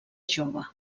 jove